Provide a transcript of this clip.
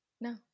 no